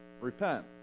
Repent